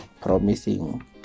promising